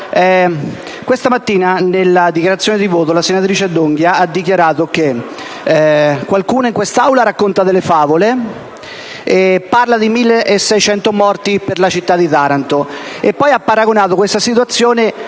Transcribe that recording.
Questa mattina, in sede di dichiarazione di voto, la senatrice D'Onghia ha affermato che qualcuno in quest'Aula racconta delle favole e parla di 1.600 morti per la città di Taranto. Poi ha paragonato questa situazione